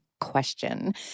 question